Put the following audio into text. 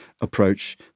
approach